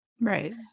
Right